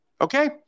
okay